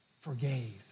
forgave